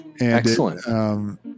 excellent